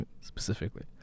specifically